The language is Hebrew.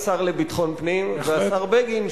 השר לביטחון פנים והשר בגין,